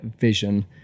vision